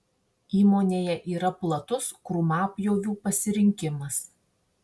įmonėje yra platus krūmapjovių pasirinkimas